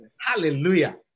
Hallelujah